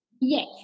Yes